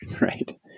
Right